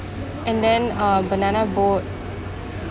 and then uh banana boat